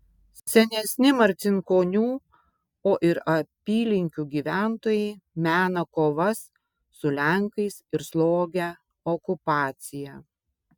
senesni marcinkonių o ir apylinkių gyventojai mena kovas su lenkais ir slogią okupaciją